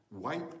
white